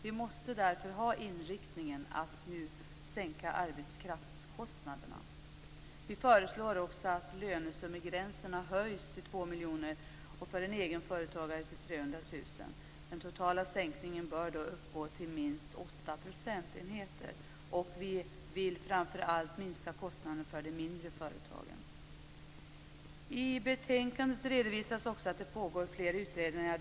Vi måste därför ha inriktningen att nu sänka arbetskraftskostnaderna. Vi föreslår också att lönesummegränserna höjs till 2 miljoner och för egenföretagare till 300 000 kr. Den totala sänkningen bör då uppgå till minst åtta procentenheter. Vi vill framför allt minska kostnaderna för de mindre företagen. I betänkandet redovisas också att det pågår flera utredningar.